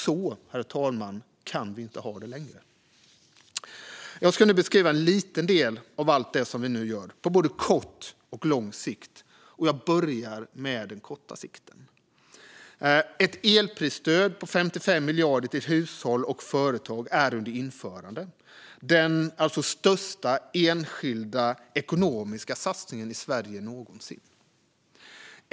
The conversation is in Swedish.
Så kan vi inte ha det längre. Jag ska beskriva en liten del av allt det som vi nu gör på både kort och lång sikt. Jag börjar med den korta sikten. Ett elprisstöd på 55 miljarder till hushåll och företag är under införande. Det är den största enskilda ekonomiska satsningen i Sverige någonsin.